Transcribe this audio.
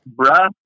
Bruh